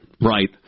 right